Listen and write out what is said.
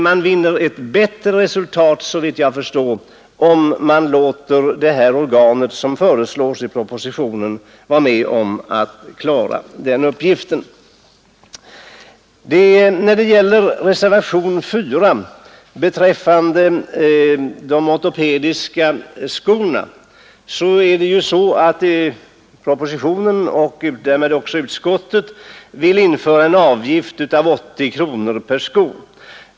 Man vinner ett bättre resultat, såvitt jag förstår, om man låter det organ som föreslås i propositionen klara den uppgiften. Reservationen 4 gäller de ortopediska skorna. Propositionen och även utskottet vill införa en avgift av 80 kronor per par skor.